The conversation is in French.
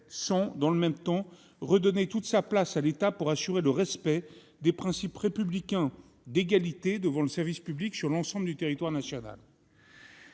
dans le même temps toute sa place à l'État pour assurer le respect des principes républicains d'égalité devant le service public dans l'ensemble du territoire national.